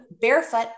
barefoot